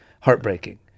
heartbreaking